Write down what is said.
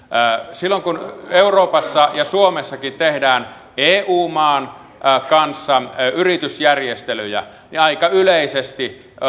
silloin kun euroopassa ja suomessakin tehdään eu maan kanssa yritysjärjestelyjä niin aika yleisesti